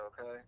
okay